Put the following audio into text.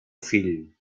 fill